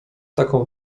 taką